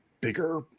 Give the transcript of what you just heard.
bigger